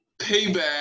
payback